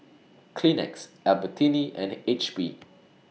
Kleenex Albertini and H P